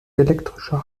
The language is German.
elektrischer